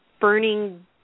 burning